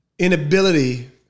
inability